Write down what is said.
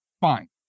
fine